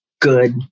good